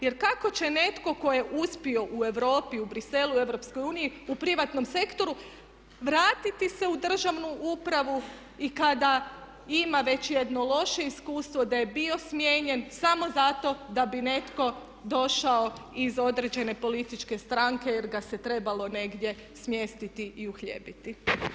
Jer kako će netko tko je uspio u Europi, u Briselu, u Europskoj uniji, u privatnom sektoru vratiti se u državnu upravu i kada ima već jedno loše iskustvo da je bio smijenjen samo zato da bi netko došao iz određene političke stranke jer ga se trebalo negdje smjestiti i uhljebiti.